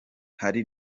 hari